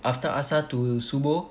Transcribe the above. after asar to subuh